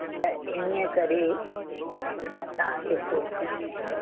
त इन करे मां तव्हांखे फोन थी कयां